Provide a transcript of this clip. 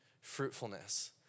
fruitfulness